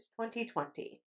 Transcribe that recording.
2020